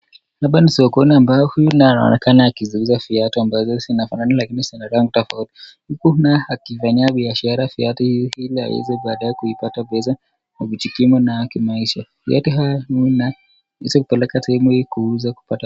Hapa ni sokononi ambayo huyu naye anaonekana akiuza viatu ambazo zinafanana lakini ziko na rangi tofauti. Huku naye akifanyia viatu hivi biashara ili aweze kupata pesa ya kujikimu nayo kimaisha. Viatu nayo huundwa na kuipeleka sehemu hii ili kuuzwa.